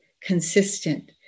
consistent